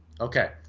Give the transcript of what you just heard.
Okay